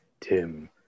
Tim